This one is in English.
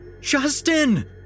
Justin